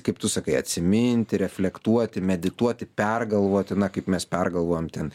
kaip tu sakai atsiminti reflektuoti medituoti pergalvoti na kaip mes pergalvojom ten